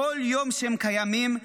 בכל יום שבו הם קיימים,